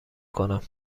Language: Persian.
کنم